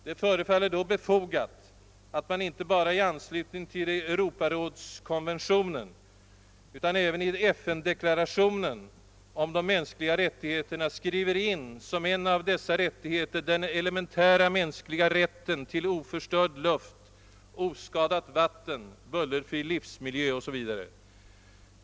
Det förefaller då befogat att man inte bara i anslutning till Europarådskonventionen utan även i FN-deklarationen om de mänskliga rättigheterna skriver in som en av dessa rättigheter den elementära mänskliga rätten till oförstörd luft, oskadat vatten, bullerfri livsmiljö o. s. v.